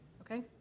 Okay